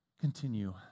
continue